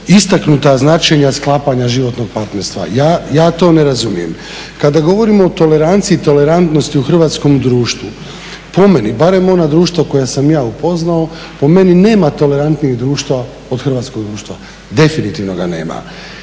istaknuta značenja sklapanja životnog partnerstva. Ja to ne razumijem. Kada govorimo o toleranciji i tolerantnosti u Hrvatskom društvu, po meni barem ona društva koja sam ja upoznao, po meni nema tolerantnijeg društva od Hrvatskog društva, definitivno ga nema.